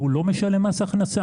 והוא לא משלם מס הכנסה.